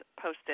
posted